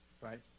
right